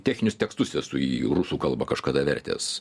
techninius tekstus esu į rusų kalbą kažkada vertęs